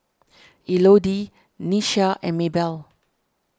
Elodie Nyasia and Maybell